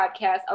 podcast